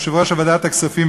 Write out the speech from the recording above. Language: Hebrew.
יושב-ראש ועדת הכספים,